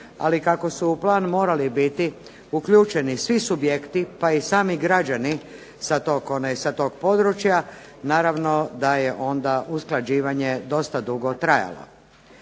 Ali kako su u plan morali biti uključeni i svi subjekti, pa i sami građani sa tog područja naravno da je onda usklađivanje dosta dugo trajalo.